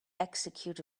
execute